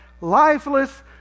lifeless